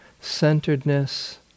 centeredness